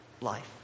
life